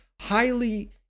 highly